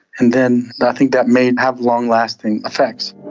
and then i think that may have long-lasting effects.